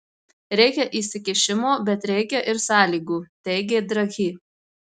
reikia įsikišimo bet reikia ir sąlygų teigė draghi